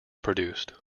produced